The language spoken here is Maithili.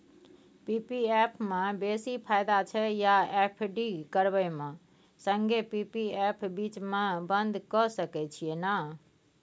पी.पी एफ म बेसी फायदा छै या एफ.डी करबै म संगे पी.पी एफ बीच म बन्द के सके छियै न?